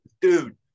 dude